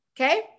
Okay